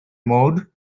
mode